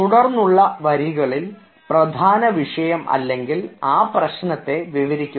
തുടർന്നുള്ള വരികളിൽ പ്രധാന വിഷയം അല്ലെങ്കിൽ ആ പ്രശ്നത്തെ വിവരിക്കുക